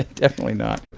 ah definitely not.